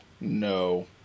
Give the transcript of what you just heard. No